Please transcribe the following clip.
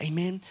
Amen